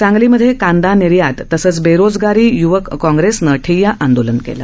सांगलीमध्ये कांदा निर्यात तसंच बेरोजगारी य्वक काँग्रेसनं ठिया आंदोलन केलं